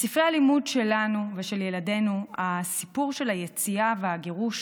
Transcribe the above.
בספרי הלימוד שלנו ושל ילדינו הסיפור של היציאה והגירוש